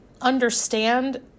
understand